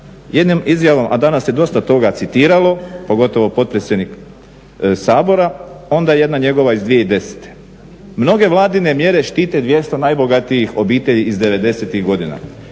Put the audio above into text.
jednom izjavom, a danas se dosta toga citiralo, pogotovo potpredsjednik Sabora, onda jedna njegova iz 2010. Mnoge Vladine mjere štite 200 najbogatijih obitelji iz 90-ih godina